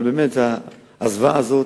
אבל, באמת הזוועה הזאת,